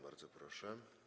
Bardzo proszę.